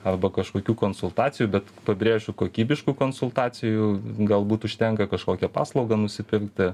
arba kažkokių konsultacijų bet pabrėšiu kokybiškų konsultacijų galbūt užtenka kažkokią paslaugą nusipirkti